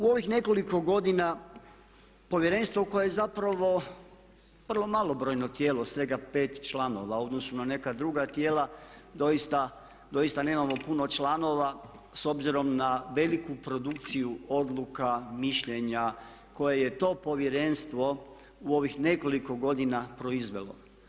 U ovih nekoliko godina Povjerenstvo koje je zapravo vrlo malobrojno tijelo svega pet članova u odnosu na neka druga tijela doista nemamo puno članova s obzirom na veliku produkciju odluka, mišljenja koje je to Povjerenstvo u ovih nekoliko godina proizvelo.